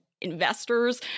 investors